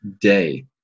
day